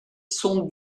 sont